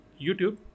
youtube